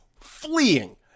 fleeing